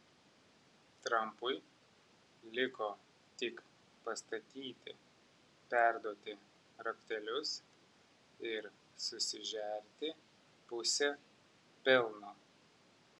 trampui liko tik pastatyti perduoti raktelius ir susižerti pusę pelno